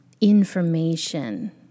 information